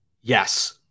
Yes